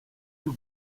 più